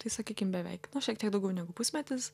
tai sakykim beveik na šiek tiek daugiau negu pusmetis